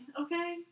okay